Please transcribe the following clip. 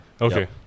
Okay